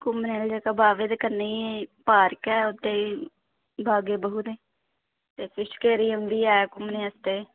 घूमने आह्ला जेह्का बाह्वे दे कन्नै ही पार्क ऐ उत्थै बाग ए बहु ते फिश ऐक्वेरियम बी ऐ घुमने आस्तै